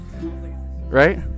Right